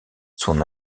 son